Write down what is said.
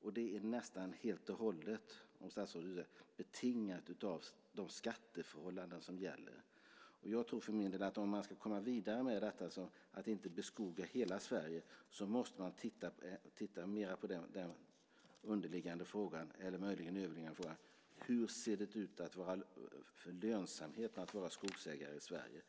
och det är nästan helt och hållet betingat av de skatteförhållanden som gäller. Jag tror för min del att om man ska komma vidare utan att beskoga hela Sverige måste man titta mer på den underliggande, eller möjligen överliggande frågan: Hur ser det ut med lönsamheten i att vara skogsägare i Sverige?